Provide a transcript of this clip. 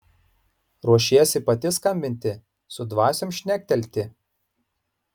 ruošiesi pati skambinti su dvasiom šnektelti